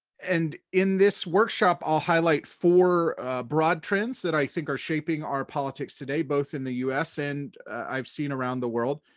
and in this workshop, i'll highlight four broad trends that i think are shaping our politics today, both in the u s, and i've seen, around the world.